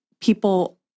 people